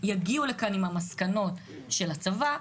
יגיעו לכאן עם המסקנות של הצבא,